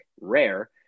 rare